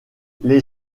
les